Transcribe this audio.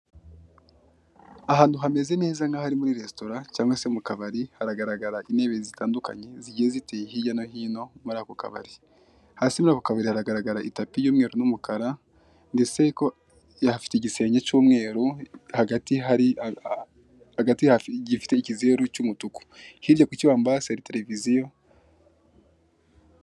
Ahantu hameze neza nk'aho ari muri resitora cyangwa se mu kabari haragaragara intebe zitandukanye zigiye ziteye hirya no hino muri ako kabari, hasi muri ako kabari hagaragara itapi y'mweru n'umukara ndetse hafite igisenge cy'umweru hagati gifite ikizeru cy'umutuku hirya ku kibambasi hari televiziyo.